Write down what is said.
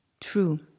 true